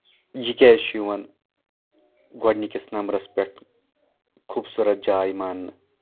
یہِ کیٚازِ چھُ یِوان گۄڈٕنِکِس نمبرس پٮ۪ٹھ خوٗبصوٗرت جاے ماننہٕ